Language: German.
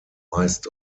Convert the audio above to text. meist